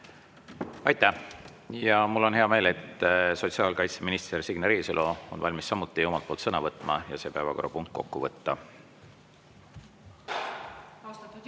Aitäh! Mul on hea meel, et sotsiaalkaitseminister Signe Riisalo on valmis samuti omalt poolt sõna võtma, et see päevakorrapunkt kokku võtta.